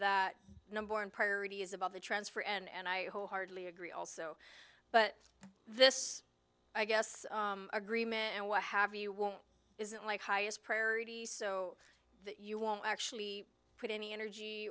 that number one priority is about the transfer and i wholeheartedly agree also but this i guess agreement and what have you won't isn't like highest priority so that you won't actually pretty any energy